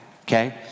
okay